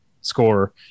score